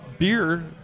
beer